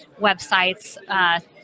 websites